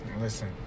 Listen